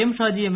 M Shaji M